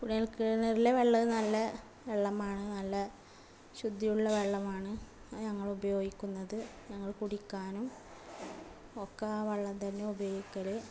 കുണൽക്കിണറിലെ വെള്ളവും നല്ല വെള്ളമാണ് നല്ല ശുദ്ധിയുള്ള വെള്ളമാണ് ഞങ്ങൾ ഉപയോഗിക്കുന്നത് ഞങ്ങൾ കുടിക്കാനും ഒക്കെ ആ വെള്ളം തന്നെ ഉപയോഗിക്കല്